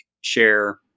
share